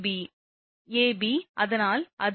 ab அதனால் அது ஒரு